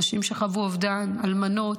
נשים שחוו אובדן, אלמנות,